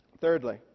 Thirdly